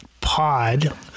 pod